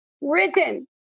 written